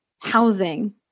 housing